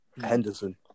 Henderson